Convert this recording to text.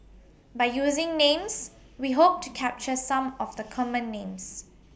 By using Names such We Hope to capture Some of The Common Names